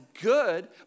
good